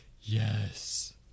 yes